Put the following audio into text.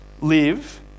live